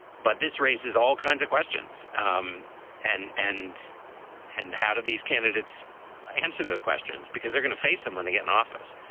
but this raises all kinds of questions. um and and and how do these candidates answer those questions? because they're going to face them when they get in office.